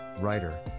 writer